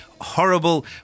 horrible